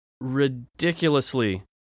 ridiculously